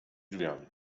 drzwiami